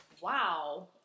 Wow